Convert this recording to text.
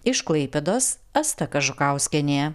iš klaipėdos asta kažukauskienė